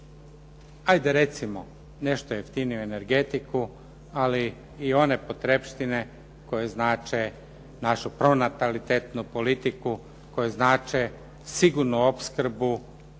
ajde recimo, nešto jeftiniju energetiku, ali i one potrepštine koje znače našu pronatalitetnu politiku, koje znače sigurnu opskrbu